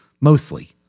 mostly